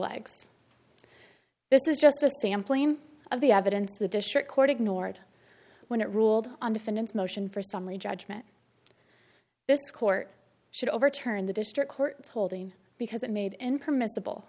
legs this is just a sampling of the evidence of a district court ignored when it ruled on defendants motion for summary judgment this court should overturn the district court's holding because it made in permissible